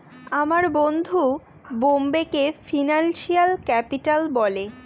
আমার বন্ধু বোম্বেকে ফিনান্সিয়াল ক্যাপিটাল বলে